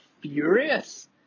furious